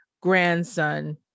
grandson